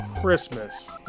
Christmas